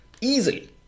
Easily